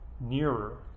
nearer